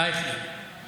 אייכלר, אייכלר.